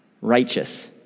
righteous